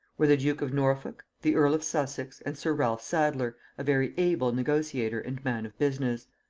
were the duke of norfolk, the earl of sussex, and sir ralph sadler, a very able negotiator and man of business.